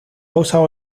usado